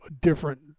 different